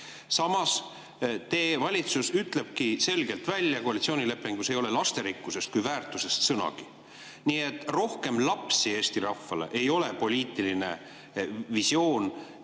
Samas, teie valitsus ütlebki selgelt välja, koalitsioonilepingus ei ole lasterikkusest kui väärtusest sõnagi. Nii et rohkem lapsi Eesti rahvale ei ole poliitiline visioon